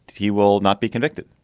he will not be convicted.